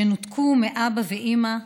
שנותקו מאבא ואימא,